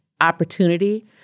opportunity